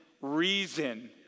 reason